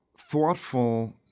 thoughtful